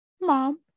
Mom